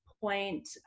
point